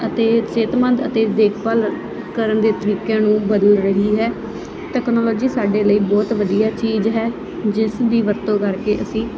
ਅਤੇ ਸਿਹਤਮੰਦ ਅਤੇ ਦੇਖਭਾਲ ਕਰਨ ਦੇ ਤਰੀਕਿਆਂ ਨੂੰ ਬਦਲ ਰਹੀ ਹੈ ਟੈਕਨੋਲਜੀ ਸਾਡੇ ਲਈ ਬਹੁਤ ਵਧੀਆ ਚੀਜ਼ ਹੈ ਜਿਸ ਦੀ ਵਰਤੋਂ ਕਰਕੇ ਅਸੀਂ